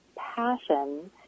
Passion